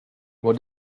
what